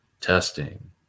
Testing